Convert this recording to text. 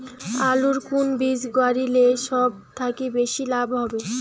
আলুর কুন বীজ গারিলে সব থাকি বেশি লাভ হবে?